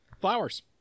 flowers